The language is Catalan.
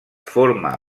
forma